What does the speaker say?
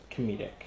comedic